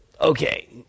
okay